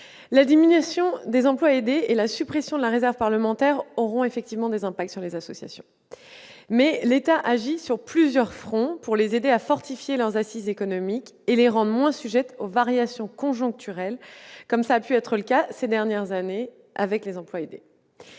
la diminution du nombre d'emplois aidés et la suppression de la réserve parlementaire auront des conséquences pour les associations. Toutefois, l'État agit sur plusieurs fronts pour les aider à fortifier leur assise économique et pour les rendre moins sujettes aux variations conjoncturelles, comme tel a pu être le cas ces dernières années avec les emplois aidés.